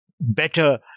better